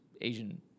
Asian